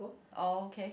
ah okay